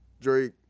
Drake